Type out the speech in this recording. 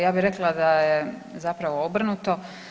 Ja bi rekla da je zapravo obrnuto.